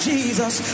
Jesus